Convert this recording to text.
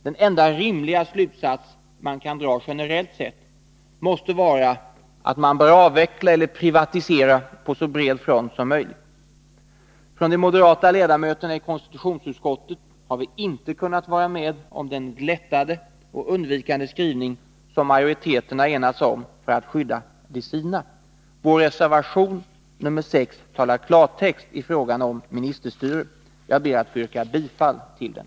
Den enda rimliga slutsats man kan dra generellt sett måste vara att verksamheten bör avvecklas eller privatiseras på så bred front som möjligt. De moderata ledamöterna i konstitutionsutskottet har inte kunnat vara med om den glättade och undvikande skrivning som majoriteten enats om för att skydda de sina. Vår reservation nr 6 talar klartext i frågan om ministerstyre. Jag ber att få yrka bifall till den.